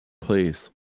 Please